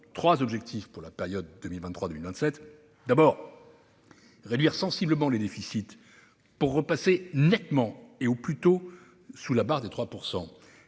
trois objectifs pour la période 2023-2027. D'abord, réduire sensiblement les déficits pour repasser nettement et au plus tôt sous la barre des 3